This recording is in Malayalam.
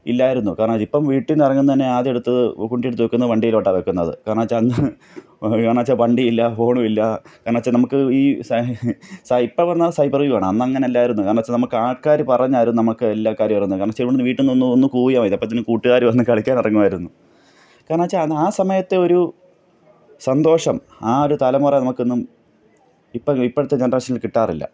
ഇല്ലായിരുന്നു കാരണം ഇപ്പം വീട്ടിൽനിന്ന് ഇറങ്ങുന്നത് തന്നെ ആദ്യമെടുത്ത് കുട്ടിയെടുത്ത് വെക്കുന്നത് വണ്ടിയിലോട്ടാണ് വെക്കുന്നത് കാരണം വെച്ചാൽ അന്ന് കാരണം വെച്ചാൽ പണ്ട് വണ്ടിയില്ല ഫോണും ഇല്ല കാരണം വെച്ചാൽ നമുക്ക് ഈ ഇപ്പം പറഞ്ഞാൽ സൈബർ യുഗമാണ് അന്ന് അങ്ങനെയല്ലായിരുന്നു കാരണം വെച്ചാൽ നമ്മൾക്ക് ആൾക്കാർ പറഞ്ഞായിരുന്നു നമ്മൾക്ക് എല്ലാ കാര്യവും അറിയുന്നത് കാരണം വെച്ചാൽ ഇവിടുന്ന് വീട്ടിൽനിന്ന് ഒന്ന് കൂവിയാൽ മതി അപ്പം തന്നെ കൂട്ടുകാർ വന്ന് കളിക്കാൻ ഇറങ്ങുമായിരുന്നു കാരണം വെച്ചാൽ ആ സമയത്തെ ഒരു സന്തോഷം ആ ഒരു തലമുറ നമുക്കൊന്നും ഇപ്പം ഇപ്പോഴത്തെ ജനറേഷനിൽ കിട്ടാറില്ല